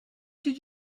did